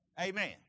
Amen